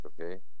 okay